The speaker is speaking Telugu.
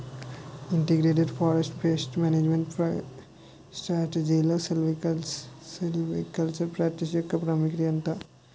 ఇంటిగ్రేటెడ్ ఫారెస్ట్ పేస్ట్ మేనేజ్మెంట్ స్ట్రాటజీలో సిల్వికల్చరల్ ప్రాక్టీస్ యెక్క ప్రాముఖ్యత ఏమిటి??